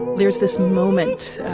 there's this moment